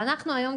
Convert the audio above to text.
היום,